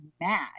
mad